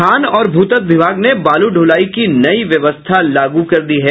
खान और भूतत्व विभाग ने बालू ढुलाई की नई व्यवस्था लागू कर दी है